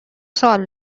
سوال